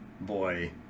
boy